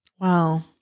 wow